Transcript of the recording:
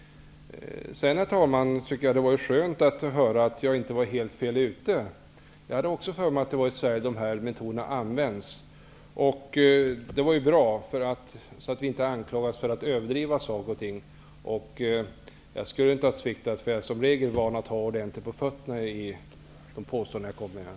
Herr talman! Det var skönt att höra att jag inte var helt fel ute. Också jag hade för mig att metoden används i Sverige. Det var bra att få det bekräftat, så att vi inte anklagas för att överdriva saker och ting. Jag skulle inte ha sviktat. Jag är som regel van att ha ordentligt på fötterna när det gäller de påståenden jag kommer med.